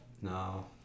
No